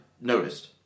noticed